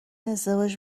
ازدواج